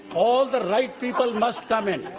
all the right people must come in.